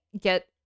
get